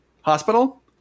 hospital